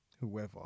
whoever